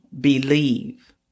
believe